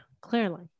clearly